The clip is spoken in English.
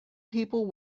people